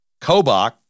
Kobach